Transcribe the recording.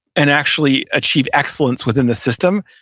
and actually achieve excellence within the system,